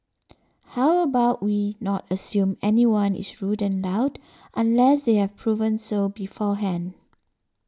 how about we not assume anyone is rude and loud unless they have proven so beforehand